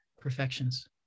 perfections